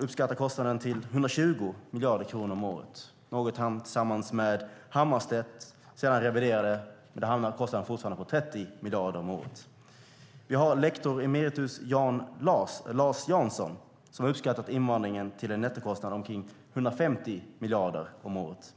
uppskattar nettokostnaden till 120 miljarder kronor om året, något som han tillsammans med Hammarstedt senare har reviderat, men det handlar fortfarande om en kostnad på 30 miljarder om året. Lektor emeritus Lars Jansson har uppskattat invandringens nettokostnad till omkring 150 miljarder om året.